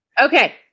Okay